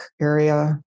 area